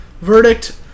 Verdict